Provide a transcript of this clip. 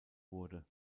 wurde